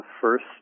first